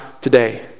today